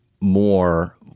more